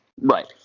Right